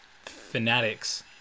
fanatics